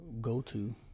go-to